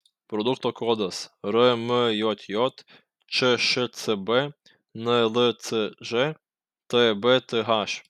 produkto kodas rmjj čšcb nlcž tbth